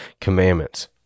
commandments